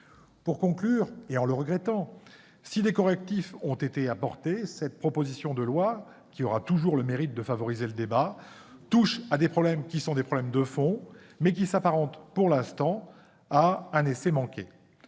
Pour conclure, je regrette de dire que, si des correctifs ont été apportés, cette proposition de loi, qui aura toujours le mérite de favoriser le débat, touche à des problèmes de fond mais s'apparente pour l'instant à un essai manqué.